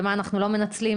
במה אנחנו לא מנצלים,